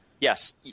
Yes